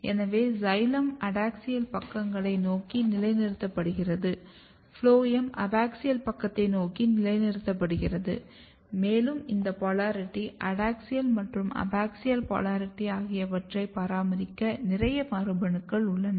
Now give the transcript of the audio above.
ஆகவே xylem adaxial பக்கங்களை நோக்கி நிலைநிறுத்தப்படுகிறது ஃபுளோயம் அபாக்ஸியல் பக்கத்தை நோக்கி நிலைநிறுத்தப்படுகிறது மேலும் இந்த போலாரிட்டி அடாக்ஸியல் மற்றும் அபாக்ஸியல் போலாரிட்டி ஆகியவற்றைப் பராமரிக்க நிறைய மரபணுக்கள் உள்ளன